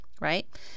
right